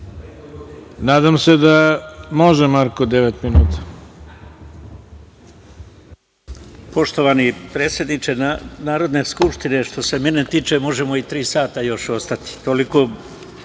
Nadam se da može Marko devet minuta.